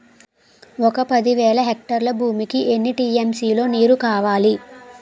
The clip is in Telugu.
ఒక పది వేల హెక్టార్ల భూమికి ఎన్ని టీ.ఎం.సీ లో నీరు కావాలి?